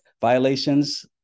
violations